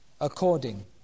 according